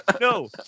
no